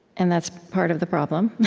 and that's part of the problem,